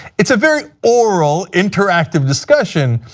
it's a very oral, interactive discussion,